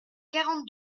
quarante